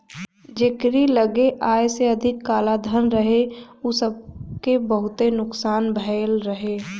जेकरी लगे आय से अधिका कालाधन रहे उ सबके बहुते नुकसान भयल रहे